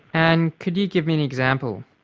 and could you give me an example?